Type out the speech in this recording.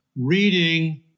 reading